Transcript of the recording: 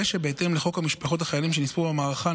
הרי שבהתאם לחוק משפחות חיילים שנספו במערכה,